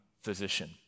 physician